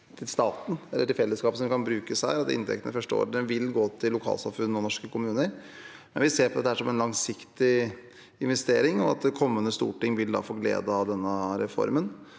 til staten eller til fellesskapet som kan brukes her. Inntektene de første årene vil gå til lokalsamfunn og norske kommuner, men vi ser på dette som en langsiktig investering, og kommende storting vil få glede av denne reformen.